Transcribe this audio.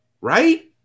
Right